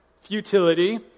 futility